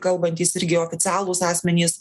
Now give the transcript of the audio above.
kalbantys irgi oficialūs asmenys